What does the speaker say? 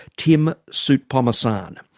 tim soutphommasane.